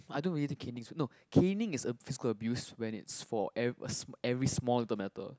I don't really think canning is no canning is a physical abuse when it's for ev~ every small little matter